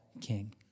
king